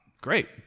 great